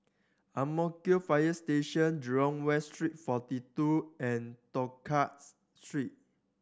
Ang Mo Kio Fire Station Jurong West Street Forty Two and Tosca Street